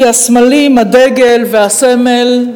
כי הסמלים, הדגל והסמל,